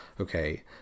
okay